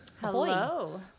Hello